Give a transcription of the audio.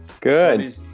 Good